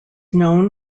known